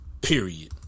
Period